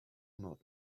not